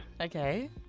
Okay